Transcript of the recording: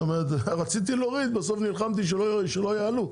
זאת אומרת רציתי להוריד ובסוף נלחמתי שלא יעלו,